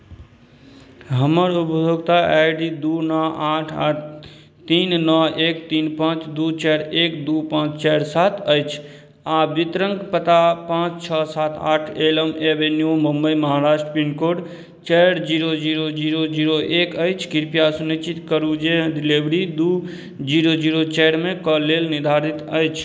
हमर उपभोक्ता I D दू नओ आठ आठ तीन नओ एक तीन पाँच दू चारि एक दू पाँच चारि सात अछि आ वितरण पता पाँच छओ सात आठ Elm avenue Mumbai Maharashtra pincode चारि जीरो जीरो जीरो जीरो एक अछि कृपया सुनिश्चित करू जे डिलेवरी दू जीरो जीरो चारिमे के लेल निर्धारित अछि